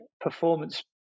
performance